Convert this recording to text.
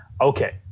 okay